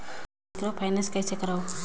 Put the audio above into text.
Microfinance कइसे करव?